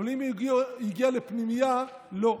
אבל אם הוא הגיע לפנימייה, לא.